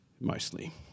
mostly